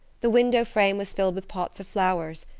the window frame was filled with pots of flowers,